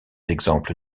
exemples